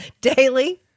Daily